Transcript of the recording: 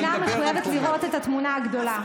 והמדינה מחויבת לראות את התמונה הגדולה.